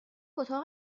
اتاق